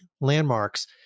landmarks